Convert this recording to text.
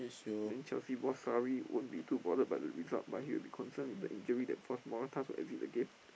then Chelsea boss Sarri won't be too bothered by the result but he'll be concerned with the injury that force Morata to exit the game